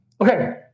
Okay